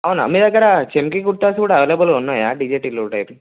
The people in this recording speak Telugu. అవునా మీ దగ్గర చమ్కీ కుర్తాస్ కూడా అవైలబుల్లో ఉన్నాయా డీజే టిల్లు టైప్